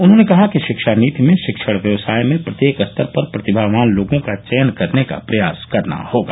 उन्होंने कहा कि शिक्षा नीति में शिक्षण व्यवसाय में प्रत्येक स्तर पर प्रतिभावान लोगों का चयन करने का प्रयास करना होगा